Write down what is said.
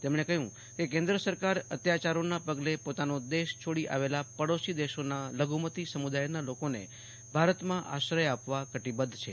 તેમણે કહ્યું ફતુ કે કેન્દ્ર સરકાર અત્યાચારોના પગલે પોતાના દેશ છોડી આવેલા પાડોશી દેશોના લઘુમતી સમુદાયના લોકોને ભારતમાં આશ્રય આપવા કટિબદ્ધ છે